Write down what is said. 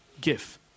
give